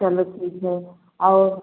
चलो ठीक है और